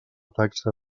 taxa